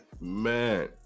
man